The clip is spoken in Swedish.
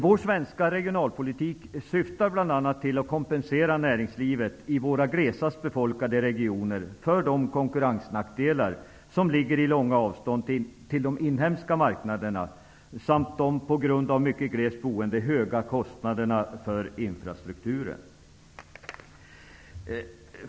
Den svenska regionalpolitiken syftar bl.a. till att kompensera näringslivet i våra glesast befolkade regioner för de konkurrensnackdelar som ligger i långa avstånd till de inhemska marknaderna och för de på grund av mycket glest boende höga kostnaderna för infrastrukturen.